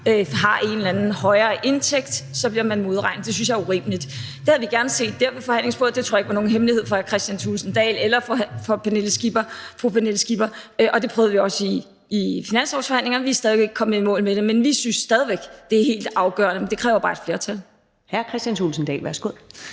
har en eller anden højere indtægt – så bliver man modregnet, og det synes jeg er urimeligt. Den aftale havde vi gerne set være med dér ved forhandlingsbordet, og det tror jeg ikke var nogen hemmelighed for hr. Kristian Thulesen Dahl eller fru Pernille Skipper, og det prøvede vi også at fremføre i finanslovsforhandlingerne. Vi er ikke kommet i mål med det, men vi synes stadig væk, det er helt afgørende – det kræver bare et flertal. Kl. 14:41 Første næstformand